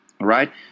right